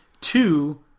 two